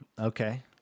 Okay